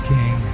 King